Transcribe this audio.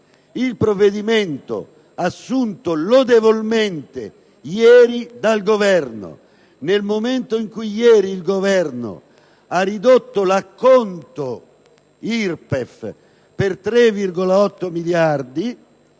il provvedimento assunto lodevolmente ieri dal Governo. Nel momento in cui il Governo ha ridotto l'acconto IRPEF per 3,8 miliardi